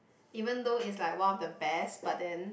even though it's like one of the best but then